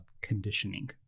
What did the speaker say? conditioning